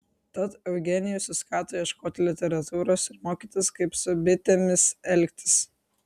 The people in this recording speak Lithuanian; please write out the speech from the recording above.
tad eugenijus suskato ieškoti literatūros ir mokytis kaip su bitėmis elgtis